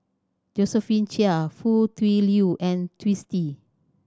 Josephine Chia Foo Tui Liew and Twisstii